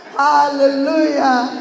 hallelujah